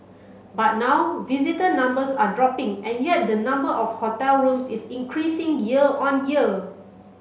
but now visitor numbers are dropping and yet the number of hotel rooms is increasing year on year